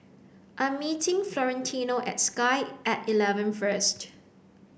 I am meeting Florentino at Sky at eleven first